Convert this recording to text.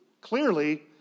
Clearly